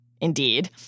Indeed